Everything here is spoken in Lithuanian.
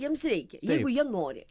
jiems reikia jie nori